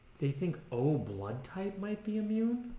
they think o blood type might be immune